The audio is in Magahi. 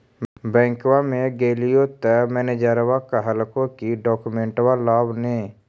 बैंकवा मे गेलिओ तौ मैनेजरवा कहलको कि डोकमेनटवा लाव ने?